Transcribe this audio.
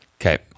Okay